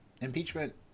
impeachment